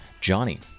Johnny